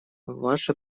ваше